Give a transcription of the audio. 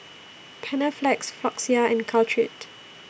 Panaflex Floxia and Caltrate